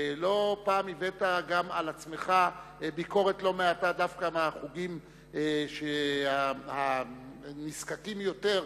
ולא פעם הבאת על עצמך ביקורת לא מעטה דווקא מהחוגים הנזקקים יותר,